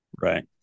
Right